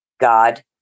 God